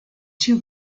two